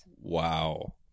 Wow